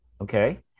okay